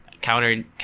counter